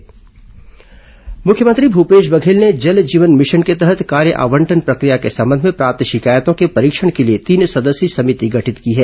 जल Jeevan mission team गठित मुख्यमंत्री भूपेश बघेल ने जल जीवन मिशन के तहत कार्य आवंटन प्रक्रिया के संबंध में प्राप्त शिकायतों के परीक्षण के लिए तीन सदस्यीय समिति गठित की है